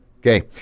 Okay